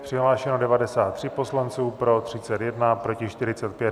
Přihlášeni 93 poslanci, pro 31, proti 45.